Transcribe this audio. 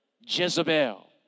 Jezebel